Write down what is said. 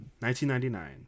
1999